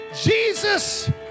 Jesus